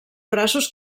braços